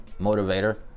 motivator